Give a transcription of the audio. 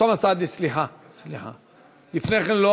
אוסאמה סעדי, סליחה, סליחה, לפני כן לא